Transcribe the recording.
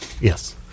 Yes